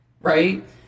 right